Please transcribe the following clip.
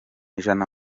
ijana